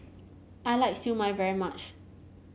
I like Siew Mai very much